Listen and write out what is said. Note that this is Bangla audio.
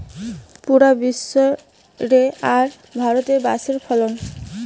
পুরা বিশ্ব রে আর ভারতে বাঁশের ফলন